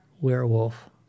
Werewolf